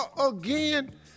again